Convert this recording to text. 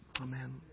amen